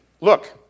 Look